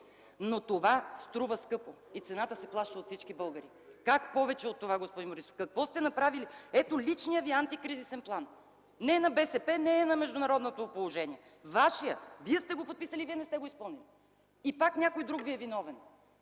Но това струва скъпо и цената се плаща от всички българи. Как повече от това, господин Борисов? Какво сте направили? Ето личния Ви антикризисен план. Не е на БСП, не е на международното положение. Вашият! Вие сте го подписвали, Вие не сте го изпълнили и пак някой друг Ви е виновен.